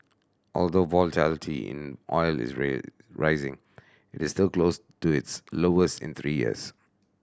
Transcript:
although volatility in oil is rising it is still close to its lowest in three years